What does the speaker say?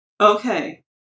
Okay